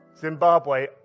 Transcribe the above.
Zimbabwe